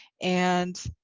and